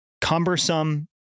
cumbersome